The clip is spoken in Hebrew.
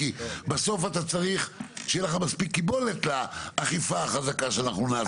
כי בסוף אתה צריך שיהיה לך מספיק קיבולת לאכיפה החזקה שאנחנו נעשה?